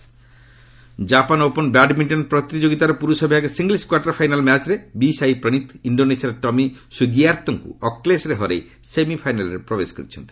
badminton Japan Open badminton ପ୍ରତିଯୋଗିତାର ପୁରୁଷ ବିଭାଗ ସିଙ୍ଗଲ୍ୱ କ୍ୱାର୍ଟରଫାଇନାଲ୍ ମ୍ୟାଚ୍ରେ ବି ସାଇ ପ୍ରଣୀତ୍ ଇଣ୍ଡୋନେସିଆର ଟମି ସୁଗିଆର୍ଭୋଙ୍କୁ ଅକ୍ଲେଶରେ ହରେଇ ସେମିଫାଇନାଲ୍ରେ ପ୍ରବେଶ କରିଛନ୍ତି